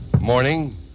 morning